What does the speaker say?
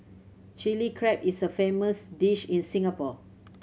Chilli Crab is a famous dish in Singapore